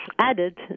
added